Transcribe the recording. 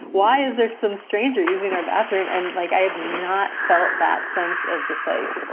why is there some stranger using our bathroom? and like, i had not felt that sense of dislike,